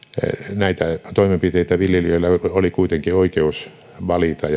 näitä toimenpiteitä viljelijöillä oli kuitenkin oikeus valita